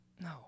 No